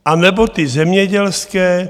Anebo ty zemědělské?